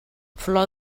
flor